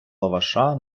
лаваша